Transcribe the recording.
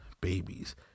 babies